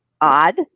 odd